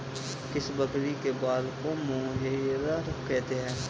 किस बकरी के बाल को मोहेयर कहते हैं?